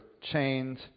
chained